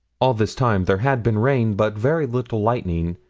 all this time there had been rain, but very little lightning,